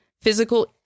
physical